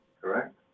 Correct